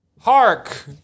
Hark